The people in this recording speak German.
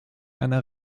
einer